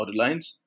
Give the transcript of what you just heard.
Borderlines